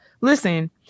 listen